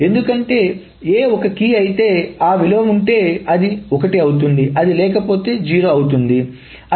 ఎందుకంటే A ఒక key అయితే ఆ విలువ ఉంటే అప్పుడు అది 1 అది లేకపోతే అది 0